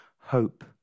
hope